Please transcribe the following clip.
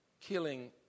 killing